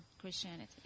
Christianity